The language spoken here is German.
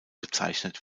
bezeichnet